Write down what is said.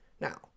now